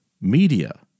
media